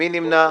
מי נמנע?